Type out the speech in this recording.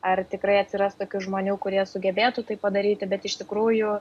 ar tikrai atsiras tokių žmonių kurie sugebėtų tai padaryti bet iš tikrųjų